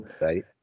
Right